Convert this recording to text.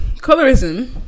Colorism